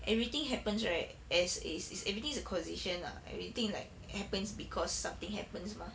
everything happens right as is is everything is acquisition lah everything like happens because something happens mah